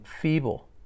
feeble